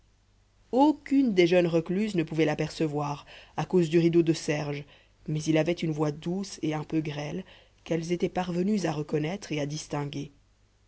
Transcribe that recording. aucune des jeunes recluses ne pouvait l'apercevoir à cause du rideau de serge mais il avait une voix douce et un peu grêle qu'elles étaient parvenues à reconnaître et à distinguer